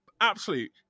absolute